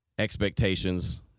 expectations